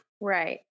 Right